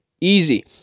easy